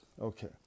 Okay